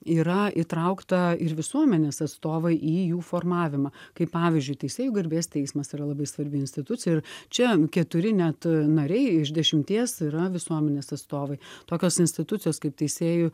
yra įtraukta ir visuomenės atstovai į jų formavimą kaip pavyzdžiui teisėjų garbės teismas yra labai svarbi institucija ir čia keturi net nariai iš dešimties yra visuomenės atstovai tokios institucijos kaip teisėjų